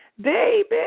baby